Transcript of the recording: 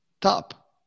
Top